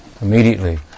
immediately